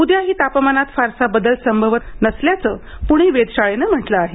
उद्याही तापमानात फारसा बदल संभवत नसल्याचं पुणे वेधशाळेनं म्हटलं आहे